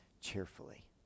cheerfully